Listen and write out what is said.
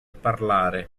parlare